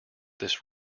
this